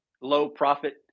low-profit